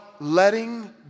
letting